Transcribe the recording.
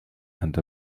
and